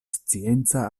scienca